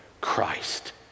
Christ